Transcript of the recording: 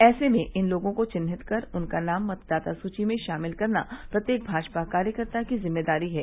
ऐसे में इन लोगों को चिन्हित कर उनका नाम मतदाता सूची में शामिल करना प्रत्येक भाजपा कार्यकर्ता की जिम्मेदारी है